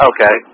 Okay